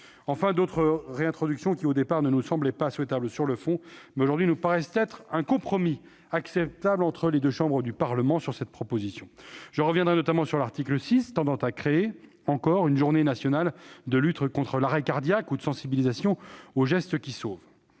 Enfin, d'autres réintroductions d'articles, qui, au départ, ne nous semblaient pas souhaitables sur le fond, nous paraissent aujourd'hui permettre un compromis acceptable entre les deux chambres du Parlement sur cette proposition de loi. Je reviendrai notamment sur l'article 6, tendant à créer une journée nationale de lutte contre l'arrêt cardiaque et de sensibilisation aux gestes qui sauvent.